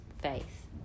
faith